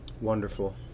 wonderful